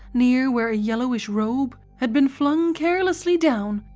near where a yellowish robe had been flung carelessly down,